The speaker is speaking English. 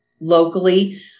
locally